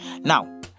Now